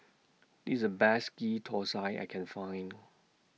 This IS The Best Ghee Thosai I Can Find